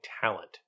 talent